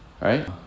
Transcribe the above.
right